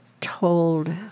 told